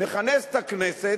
נכנס את הכנסת,